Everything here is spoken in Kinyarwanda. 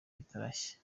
bitarashya